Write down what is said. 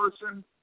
person